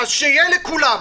אז שיהיה לכולם.